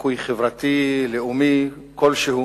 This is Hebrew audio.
מדיכוי חברתי, לאומי, כלשהו,